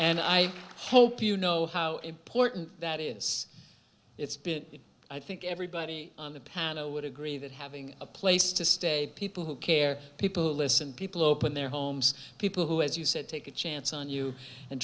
and i hope you know how important that is it's been i think everybody on the panel would agree that having a place to stay people who care people listen people open their homes people who as you said take a chance on you and